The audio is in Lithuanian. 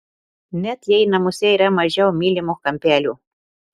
net jei namuose yra mažiau mylimų kampelių